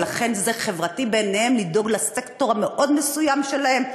ולכן זה חברתי בעיניהם לדאוג לסקטור המאוד-מסוים שלהם,